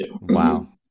Wow